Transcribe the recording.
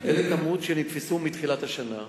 אלה כמויות שנתפסו מתחילת השנה.